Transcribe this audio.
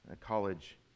college